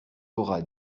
aura